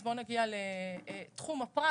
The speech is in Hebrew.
בוא נגיע לתחום הפרט.